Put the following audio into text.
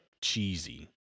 cheesy